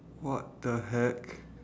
what the heck